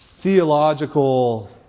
theological